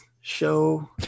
show